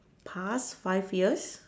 past five years